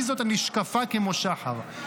"מי זאת הנשקפה כמו שחר,